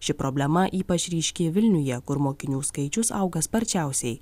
ši problema ypač ryški vilniuje kur mokinių skaičius auga sparčiausiai